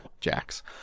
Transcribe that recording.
jacks